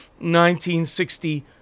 1960